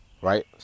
Right